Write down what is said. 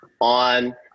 on